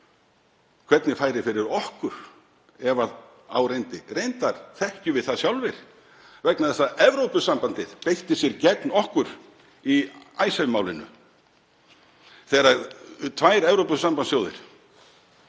hvernig færi fyrir okkur ef á reyndi. Reyndar þekkjum við það sjálfir vegna þess að Evrópusambandið beitti sér gegn okkur í Icesave-málinu þegar tvær Evrópusambandsþjóðir